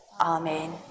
Amen